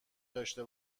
داشته